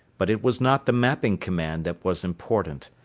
but it was not the mapping command that was important.